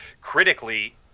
critically